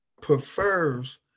prefers